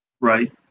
Right